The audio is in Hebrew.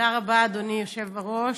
תודה רבה, אדוני היושב-ראש.